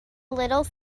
little